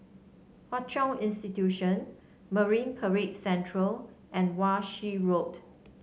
Hwa Chong Institution Marine Parade Central and Wan Shih Road